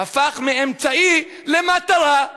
הפך מאמצעי למטרה.